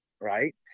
right